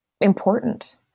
important